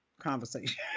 Conversation